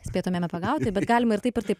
spėtumėme pagauti bet galima ir taip ir taip